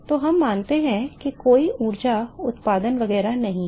तो हम मानते हैं कि कोई ऊर्जा उत्पादन वगैरह नहीं है